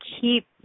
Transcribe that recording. keep